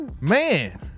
Man